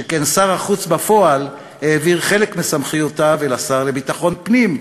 שכן שר החוץ בפועל העביר חלק מסמכויותיו אל השר לביטחון הפנים,